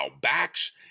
backs